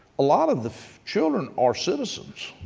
a lot of the children are citizens.